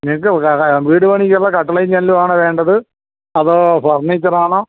നിങ്ങൾക്ക് വീടു പണിയ്ക്കുള്ള കട്ടിളയും ജനലുമാണോ വേണ്ടത് അതോ ഫർണിച്ചറാണോ